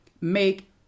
make